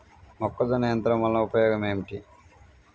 మొక్కజొన్న యంత్రం వలన ఉపయోగము ఏంటి?